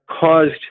caused